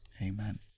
Amen